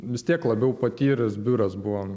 vis tiek labiau patyręs biuras buvom